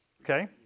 Okay